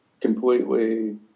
completely